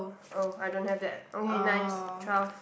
oh I don't have that okay nice twelve